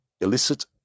illicit